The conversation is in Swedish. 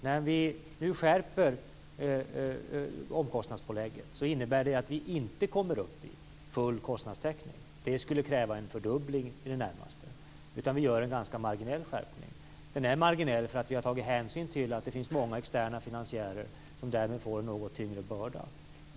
När vi nu skärper omkostnadspålägget innebär det att vi inte kommer upp i full kostnadstäckning. Det skulle innebära i det närmaste en fördubbling, utan vi gör en ganska marginell skärpning. Den är marginell därför att vi har tagit hänsyn till att det finns många externa finansiärer som därmed får en något tyngre börda.